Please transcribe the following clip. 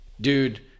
dude